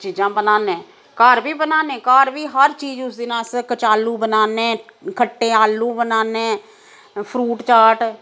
चीजां बनाने घर बी बनाने घर बी हर चीज उस दिन अस कचालूं बनाने खट्टे आलू बनाने फ्रूट चाट